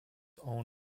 own